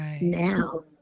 now